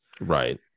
Right